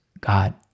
God